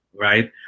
right